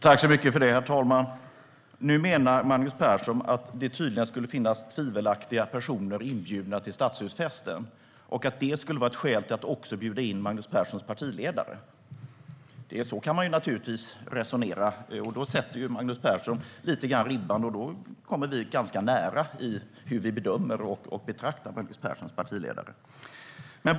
Herr talman! Nu menar Magnus Persson tydligen att tvivelaktiga personer skulle vara inbjudna till stadshusfesten och att det skulle vara ett skäl att också bjuda in Magnus Perssons partiledare. Så kan man naturligtvis resonera. Då sätter Magnus Persson ribban, och vi kommer ganska nära varandra i bedömningen av Magnus Perssons partiledare.